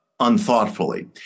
unthoughtfully